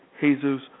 Jesus